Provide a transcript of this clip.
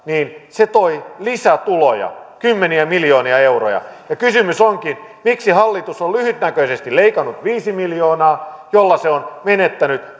niin se toi lisätuloja kymmeniä miljoonia euroja kysymys onkin miksi hallitus on lyhytnäköisesti leikannut viisi miljoonaa jolla se on menettänyt